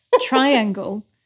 Triangle